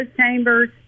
chambers